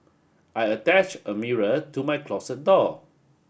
I attach a mirror to my closet door